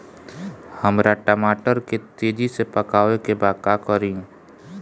हमरा टमाटर के तेजी से पकावे के बा का करि?